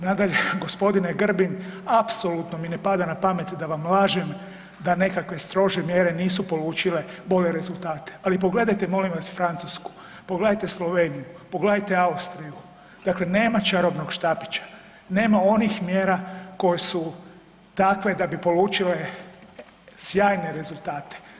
Nadalje, gospodine Grbin apsolutno mi ne pada na pamet da vam lažem da nekakve strože mjere nisu polučile bolje rezultate, ali pogledajte molim vas Francusku, pogledajte Sloveniju, pogledajte Austriju, dakle nema čarobnog štapića, nema onih mjera koje su takve da bi polučile sjajne rezultate.